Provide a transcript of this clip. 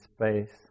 space